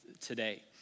today